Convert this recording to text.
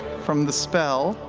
from the spell.